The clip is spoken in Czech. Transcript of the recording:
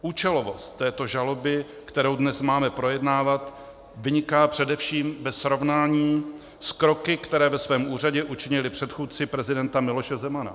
Účelovost této žaloby, kterou dnes máme projednávat, vyniká především ve srovnání s kroky, které ve svém úřadě učinili předchůdci prezidenta Miloše Zemana.